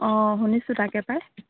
অঁ শুনিছোঁ তাকে পায়